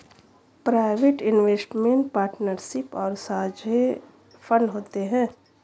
private investment partnership और साझे fund होते हैं